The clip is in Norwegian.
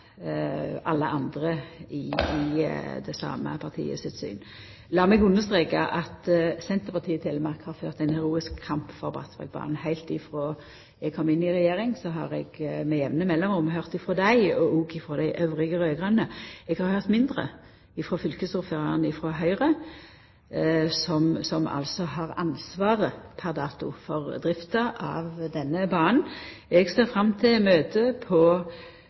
meg understreka at Senterpartiet i Telemark har ført ein heroisk kamp for Bratsbergbanen. Heilt frå eg kom inn i regjering, har eg med jamne mellomrom høyrt frå dei og òg frå dei raud-grøne elles. Eg har høyrt mindre frå fylkesordføraren frå Høgre, som har ansvaret pr. dato for drifta av denne banen. Eg ser fram til møtet på